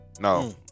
No